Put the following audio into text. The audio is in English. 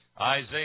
Isaiah